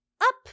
up